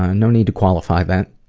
ah no need to qualify that.